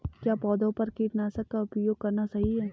क्या पौधों पर कीटनाशक का उपयोग करना सही है?